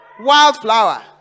Wildflower